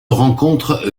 rencontre